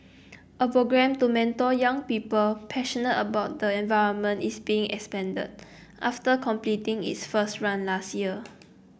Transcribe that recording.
a programme to mentor young people passionate about the environment is being expanded after completing its first run last year